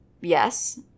yes